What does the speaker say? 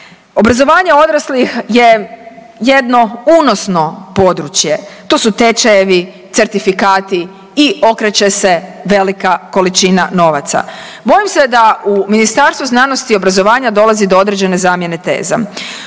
obrazovanje odraslih je jedno unosno područje, to su tečajevi, certifikati i okreće se velika količina novaca. Bojim se da u Ministarstvu znanosti i obrazovanja dolazi do određene zamjene teza.